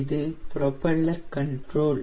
இது propeller control